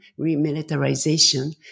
remilitarization